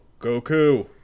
Goku